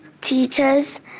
teachers